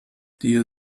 dir